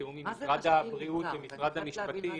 בתיאום עם משרד הבריאות ומשרד המשפטים